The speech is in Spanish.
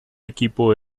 equipo